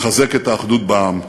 לחזק את האחדות בעם.